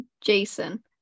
Jason